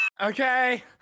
okay